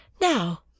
Now